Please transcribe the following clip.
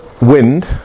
Wind